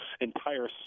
entire